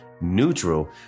neutral